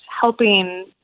helping